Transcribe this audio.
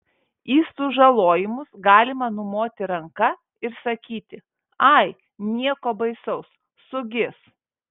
į sužalojimus galima numoti ranka ir sakyti ai nieko baisaus sugis